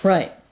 Right